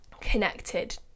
connected